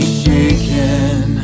shaken